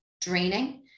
draining